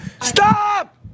Stop